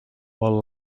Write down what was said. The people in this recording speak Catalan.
vol